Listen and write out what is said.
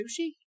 sushi